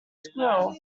squirrel